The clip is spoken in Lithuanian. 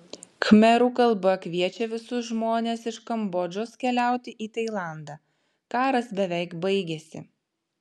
khmerų kalba kviečia visus žmones iš kambodžos keliauti į tailandą karas beveik baigėsi